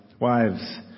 wives